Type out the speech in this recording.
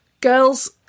girls